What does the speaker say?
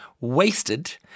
Wasted